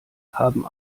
haben